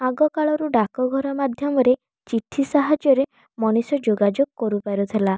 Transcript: ଆଗ କାଳରୁ ଡାକ ଘର ମାଧ୍ୟମରେ ଚିଠି ସାହାଯ୍ୟରେ ମଣିଷ ଯୋଗାଯୋଗ କରି ପାରୁଥିଲା